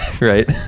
right